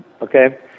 okay